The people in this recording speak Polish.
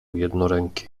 jednoręki